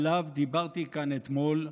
שעליו דיברתי כאן אתמול,